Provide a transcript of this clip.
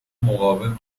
مقاوم